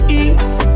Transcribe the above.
east